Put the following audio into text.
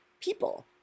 people